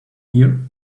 here